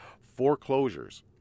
foreclosures